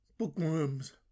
Bookworms